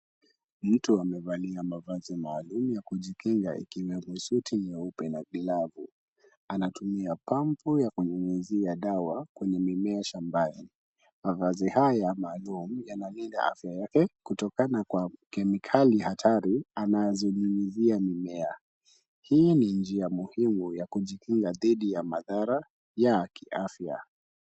Mtu amevalia mavazi maalum ya kujikinga, suti jnyeupe na glavu. Anatumia pampu ya kunyunyizia dawa kwenye mimea shambani. Mavazi haya maalum yanalinda afya yake kutokana na kemikali hatari anazonyunyizia mimea. Hii ni njia muhimu dhidi ya kujikinga madhara ya afya.